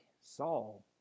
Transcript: Saul